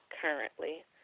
currently